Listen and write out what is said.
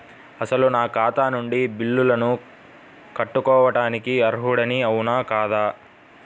అసలు నా ఖాతా నుండి బిల్లులను కట్టుకోవటానికి అర్హుడని అవునా కాదా?